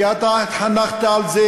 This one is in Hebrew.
כי אתה התחנכת על זה,